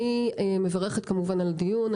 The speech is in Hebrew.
אני מברכת על דיון.